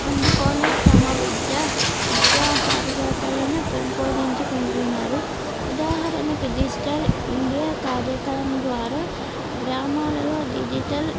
అందుకొని తమ విద్యా విద్యార్హతలను పెంపొదించుకుంటున్నారు ఉదాహరణకు డిజిటల్ ఇండియా కార్యక్రమం ద్వారా గ్రామాలలో డిజిటల్